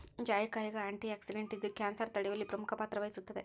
ಜಾಯಿಕಾಯಾಗ ಆಂಟಿಆಕ್ಸಿಡೆಂಟ್ ಇದ್ದು ಕ್ಯಾನ್ಸರ್ ತಡೆಯುವಲ್ಲಿ ಪ್ರಮುಖ ಪಾತ್ರ ವಹಿಸುತ್ತದೆ